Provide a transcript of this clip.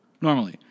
normally